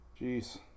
Jeez